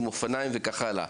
עם אופניים וכך הלאה,